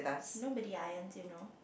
nobody irons you know